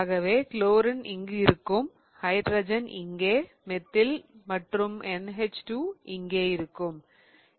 ஆகவே குளோரின் இங்கு இருக்கும் ஹைட்ரஜன் இங்கே மெத்தில் மற்றும் NH2 இங்கே இருக்கும்